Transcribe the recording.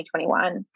2021